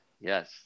Yes